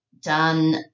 done